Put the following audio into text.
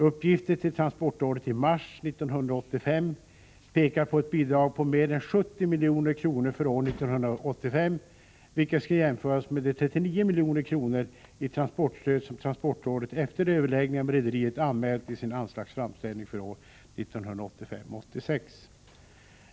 Uppgifter till transportrådet i mars 1985 pekar på ett bidrag på mer än 70 milj.kr. för år 1985, vilket skall jämföras med de 39 milj.kr. i transportstöd som transportrådet efter överläggningar med rederiet anmält i sin anslagsframställning för år 1985/86.